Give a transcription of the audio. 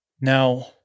Now